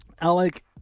Alec